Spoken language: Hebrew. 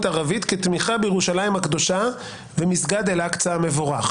ערבית כתמיכה בירושלים הקדושה ומסגד אל אקצה המבורך.